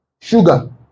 sugar